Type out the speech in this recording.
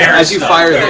as you fire